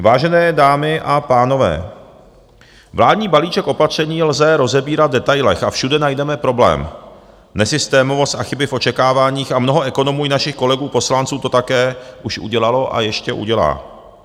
Vážené dámy a pánové, vládní balíček opatření lze rozebírat v detailech a všude najdeme problém, nesystémovost a chyby v očekáváních a mnoho ekonomů i našich kolegů poslanců to také už udělalo a ještě udělá.